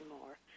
more